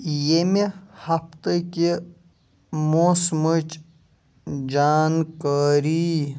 ییٚمہِ ہفتہٕ کہِ موسمٕچ جانکٲری